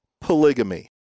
polygamy